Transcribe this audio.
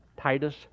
Titus